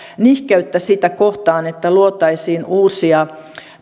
nihkeyttä sitä kohtaan että luotaisiin uusia